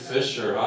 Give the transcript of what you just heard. Fisher